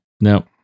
No